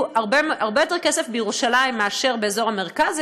הרבה יותר כסף בירושלים מאשר באזור המרכז,